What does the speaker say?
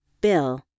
Bill